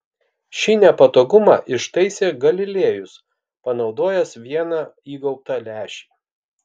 šį nepatogumą ištaisė galilėjus panaudojęs vieną įgaubtą lęšį